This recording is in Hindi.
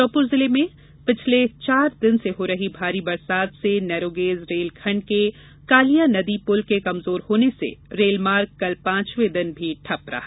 श्योपुर जिले में पिछले चार दिन से हो रही भारी बरसात से नैरोगेज रेलखंड के कालिया नदी पुल के कमजोर होने से रेलमार्ग कल पांचवे दिन भी ठप रहा